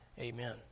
amen